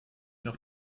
noch